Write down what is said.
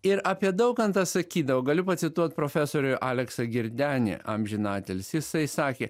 ir apie daukantą sakydavo galiu pacituot profesorių aleksą girdenį amžinatilsį jisai sakė